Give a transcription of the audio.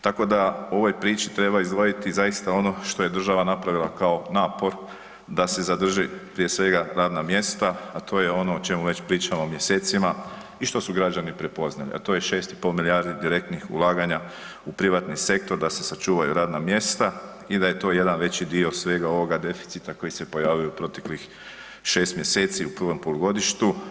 Tako da, ovoj priči treba izdvojiti zaista ono što je država napravila kao napor da se zadrži, prije svega, radna mjesta, a to je ono o čemu već pričamo mjesecima i što su građani prepoznali, a to je 6,5 milijardi direktnih ulaganja u privatni sektor da se sačuvaju radna mjesta i da je to jedan veći dio svega ovoga deficita koji se pojavio u proteklih 6 mjeseci, u prvom polugodištu.